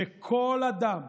כל אדם,